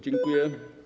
Dziękuję.